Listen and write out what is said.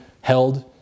held